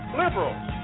liberals